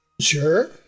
Sure